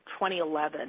2011